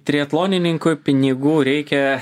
triatlonininkui pinigų reikia